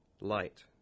light